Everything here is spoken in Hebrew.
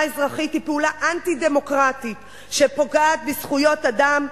אזרחית היא פעולה אנטי-דמוקרטית שפוגעת בזכויות אדם,